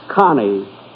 Connie